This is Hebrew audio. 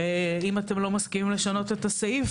אם אתם לא מסכימים לשנות את הסעיף,